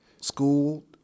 school